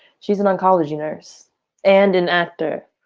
she's an oncology nurse and an actor.